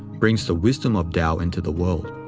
brings the wisdom of tao into the world.